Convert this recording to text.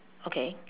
okay